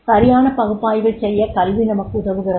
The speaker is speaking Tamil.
சரியான பகுப்பாய்வைச் செய்ய கல்வி நமக்கு உதவுகிறது